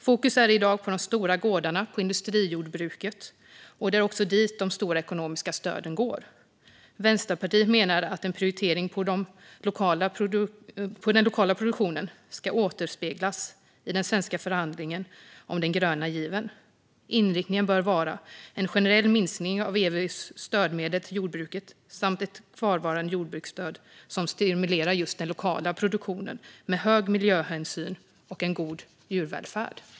Fokus är i dag på de stora gårdarna och industrijordbruket, och det är också dit de stora ekonomiska stöden går. Vänsterpartiet menar att en prioritering av den lokala produktionen ska återspeglas i den svenska förhandlingen om den gröna given. Inriktningen bör bara en generell minskning av EU:s stödmedel till jordbruket och ett kvarvarande jordbruksstöd som stimulerar just den lokala produktionen med hög miljöhänsyn och en god djurvälfärd.